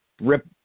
Rip